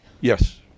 Yes